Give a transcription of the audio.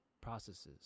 Processes